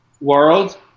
world